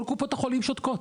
כל קופות החולים שותקות.